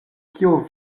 kio